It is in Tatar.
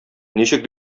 ничек